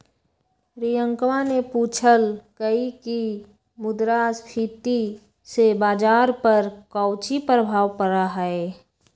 रियंकवा ने पूछल कई की मुद्रास्फीति से बाजार पर काउची प्रभाव पड़ा हई?